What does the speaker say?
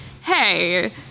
hey